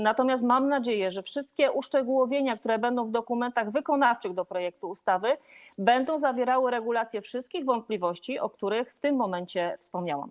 Natomiast mam nadzieję, że wszystkie uszczegółowienia, które będą w dokumentach wykonawczych do projektu ustawy, będą zawierały regulacje odnośnie do wątpliwości, o których wspomniałam.